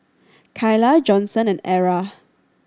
Kyla Johnson and Arra